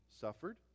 suffered